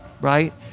Right